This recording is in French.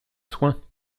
soins